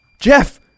Jeff